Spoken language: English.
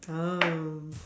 oh